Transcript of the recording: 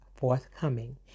forthcoming